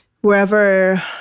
wherever